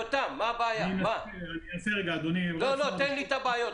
תן לי את הבעיות.